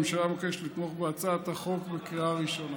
הממשלה מבקשת לתמוך בהצעת החוק בקריאה ראשונה.